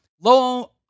low